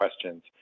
questions